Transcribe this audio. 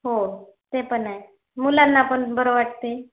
हो ते पण आहे मुलांना पण बरं वाटते